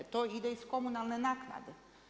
To ide iz komunalne naknade.